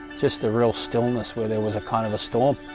just the real stillness where there was a kind of a storm